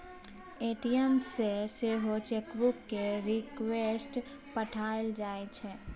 ATM सँ सेहो chequebook केर रिक्वेस्ट पठाएल जाइ छै